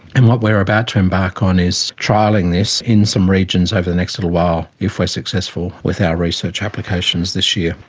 and what we are about to embark on is trialling this in some regions over the next little while if we are successful with our research applications this year.